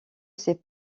sait